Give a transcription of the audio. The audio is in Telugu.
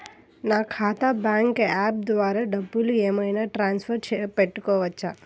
నా ఖాతా బ్యాంకు యాప్ ద్వారా డబ్బులు ఏమైనా ట్రాన్స్ఫర్ పెట్టుకోవచ్చా?